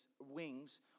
wings